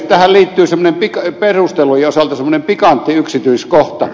tähän liittyy perustelujen osalta semmoinen pikantti yksityiskohta